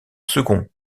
second